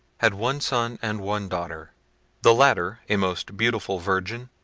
had one son and one daughter the latter, a most beautiful virgin,